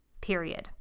period